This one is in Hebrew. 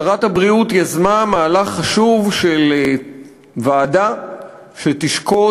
שרת הבריאות יזמה מהלך חשוב של ועדה שתשקוד